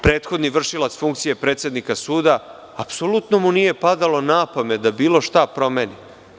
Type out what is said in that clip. Prethodni vršilac funkcije predsednika suda, apsolutno mu nije padalo na pamet da bilo šta promeni.